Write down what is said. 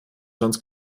sonst